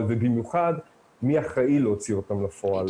ובמיוחד מי אחראי להוציא אותן לפועל.